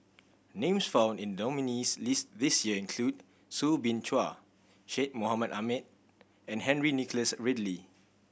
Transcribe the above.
names found in the nominees' list this year include Soo Bin Chua Syed Mohamed Ahmed and Henry Nicholas Ridley